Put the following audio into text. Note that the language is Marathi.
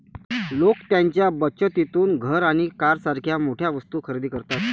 लोक त्यांच्या बचतीतून घर आणि कारसारख्या मोठ्या वस्तू खरेदी करतात